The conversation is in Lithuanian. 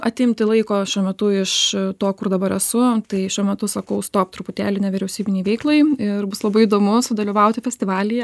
atimti laiko šiuo metu iš to kur dabar esu tai šiuo metu sakau stop truputėlį nevyriausybinei veiklai ir bus labai įdomu sudalyvauti festivalyje